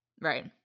Right